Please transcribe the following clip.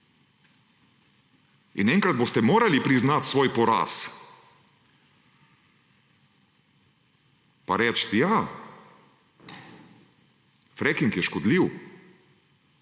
In enkrat boste morali priznati svoj poraz in reči, ja, fracking je škodljiv.